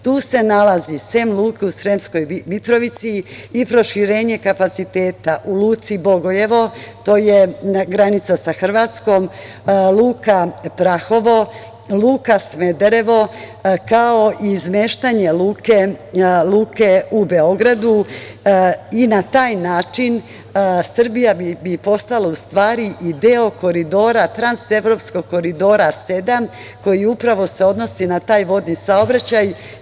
Tu se nalazi sem luke u Sremskoj Mitrovici i proširenje kapaciteta u Luci Bogojevo, to je granica sa Hrvatskom, Luka Prahovo, Luka Smederevo, kao i izmeštanje Luke u Beogradu i na taj način Srbija bi postala u stvari Koridora transevropskog Koridora 7, koji se upravo odnosi na taj vodni saobraćaj.